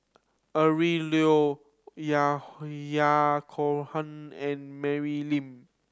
Adrin Loi Ya Ya Cohen and Mary Lim